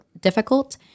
difficult